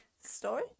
story